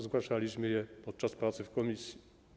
Zgłaszaliśmy je podczas pracy w komisji.